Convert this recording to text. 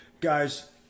Guys